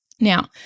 Now